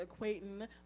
equating